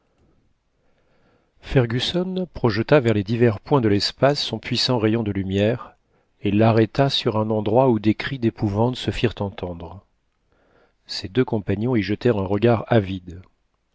fergusson projeta vers les divers points de l'espace son puissant rayon de lumière et l'arrêta sur un endroit où des cris d'épouvante se firent entendre ses deux compagnons y jetèrent un regard avide